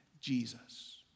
Jesus